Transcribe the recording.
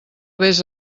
vés